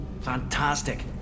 Fantastic